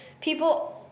people